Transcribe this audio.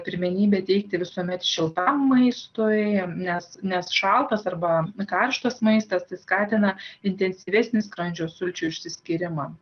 pirmenybę teikti visuomet šiltam maistui nes nes šaltas arba karštas maistas tai skatina intensyvesnį skrandžio sulčių išsiskyrimą